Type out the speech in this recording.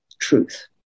truth